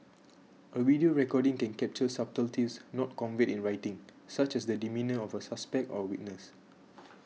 a video recording can capture subtleties not conveyed in writing such as the demeanour of a suspect or witness